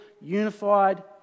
unified